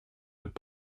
ouest